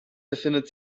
befindet